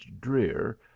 drear